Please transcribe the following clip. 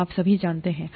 आप सभी जानते हैं कि